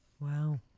Wow